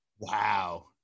Wow